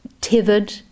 tethered